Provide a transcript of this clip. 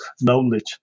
knowledge